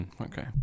Okay